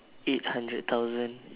eight hundred thousand